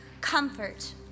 Comfort